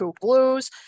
blues